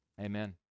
Amen